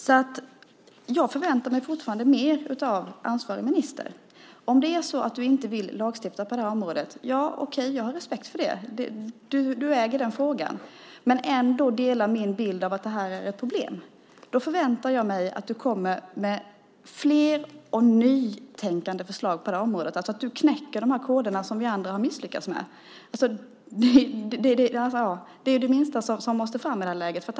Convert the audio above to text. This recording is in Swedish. Så jag förväntar mig fortfarande mer av ansvarig minister. Om det är så att du inte vill lagstifta på området har jag respekt för det. Du äger den frågan. Men du delar ändå min bild att det här är ett problem. Jag förväntar mig att du kommer med fler och nytänkande förslag på området, att du knäcker de koder som vi andra har misslyckats med. Det är det minsta som måste fram i det här läget.